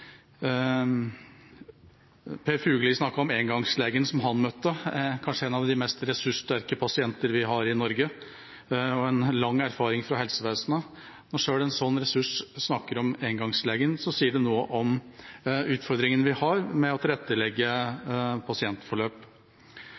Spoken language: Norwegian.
Per Fugelli – kanskje en av de mest ressurssterke pasienter vi har i Norge, og med lang erfaring fra helsevesenet – snakket om engangslegen han møtte. Når selv en slik ressurs snakker om engangslegen, sier det noe om utfordringene vi har med å tilrettelegge pasientforløp.